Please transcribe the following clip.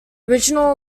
original